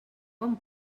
amb